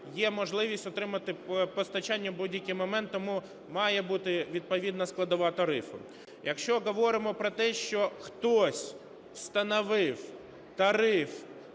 є можливість отримати постачання в будь-який момент, тому має бути відповідна складова тарифу. Якщо говоримо про те, що хтось встановив тариф